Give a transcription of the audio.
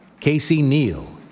casey neal,